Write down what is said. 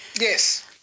Yes